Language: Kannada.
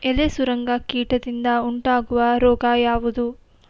ಎಲೆ ಸುರಂಗ ಕೀಟದಿಂದ ಉಂಟಾಗುವ ರೋಗ ಯಾವುದು?